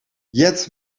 jet